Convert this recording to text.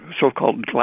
so-called